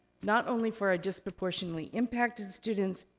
not only for our disproportionately impacted students,